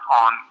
on